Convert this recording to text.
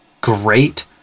great